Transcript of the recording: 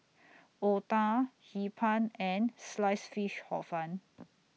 Otah Hee Pan and Sliced Fish Hor Fun